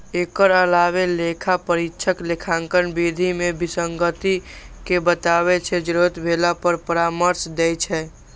एकर अलावे लेखा परीक्षक लेखांकन विधि मे विसंगति कें बताबै छै, जरूरत भेला पर परामर्श दै छै